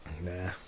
Nah